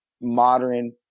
modern